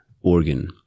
organ